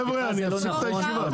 חבר'ה, אני אפסיק את הישיבה, באמת.